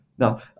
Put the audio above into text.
Now